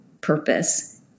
purpose